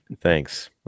thanks